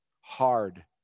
Hard